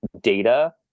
data